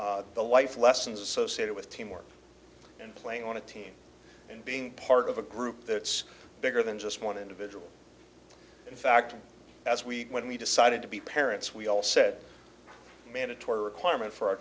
value the life lessons associated with teamwork and playing on a team and being part of a group that's bigger than just one individual in fact as we when we decided to be parents we all said mandatory requirement for our